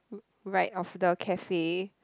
right of the cafe